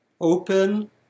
Open